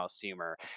humor